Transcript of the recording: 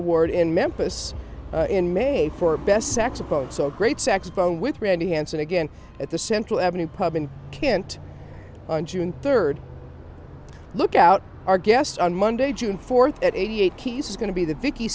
award in memphis in may for best saxophone so great saxophone with randy hanson again at the central avenue pub in kent on june third look out our guest on monday june fourth at eighty eight keys is going to be the vicky